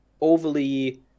overly